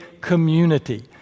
community